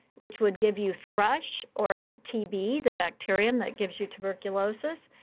which would give you thrush or tb, the bacterium that gives you tuberculosis.